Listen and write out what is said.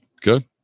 Good